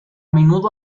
menudo